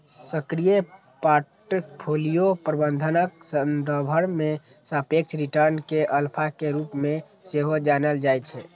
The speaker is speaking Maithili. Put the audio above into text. सक्रिय पोर्टफोलियो प्रबंधनक संदर्भ मे सापेक्ष रिटर्न कें अल्फा के रूप मे सेहो जानल जाइ छै